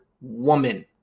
woman